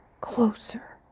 closer